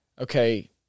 Okay